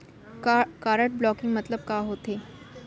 Card blocking मतलब का होथे?